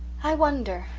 i wonder,